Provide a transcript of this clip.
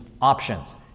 options